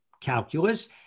calculus